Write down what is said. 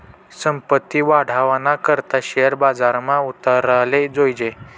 संपत्ती वाढावाना करता शेअर बजारमा उतराले जोयजे